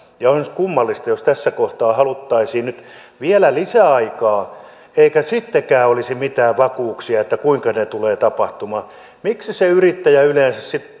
olisi kummallista jos tässä kohtaa haluttaisiin nyt vielä lisäaikaa eikä sittenkään olisi mitään vakuuksia kuinka ne tulevat tapahtumaan miksi se yrittäjä yleensä